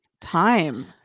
time